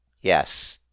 Yes